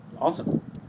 awesome